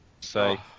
say